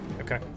Okay